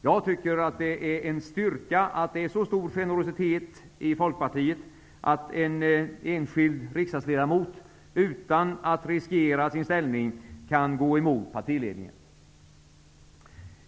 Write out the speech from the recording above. Jag tycker att det är en styrka att det är så stor generositet i Folkpartiet att en enskild riksdagsledamot utan att riskera sin ställning kan gå emot partiledningen.